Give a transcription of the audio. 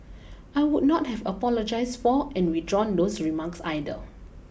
I would not have apologized for and withdrawn those remarks either